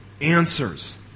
answers